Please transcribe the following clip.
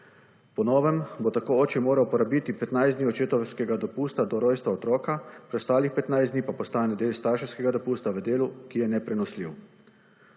Po novem bo tako oče moral porabiti 15 dni očetovskega dopusta do rojstva otroka, preostalih 15 dni pa postane del starševskega dopusta v delu, ki je neprenosljiv.